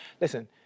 Listen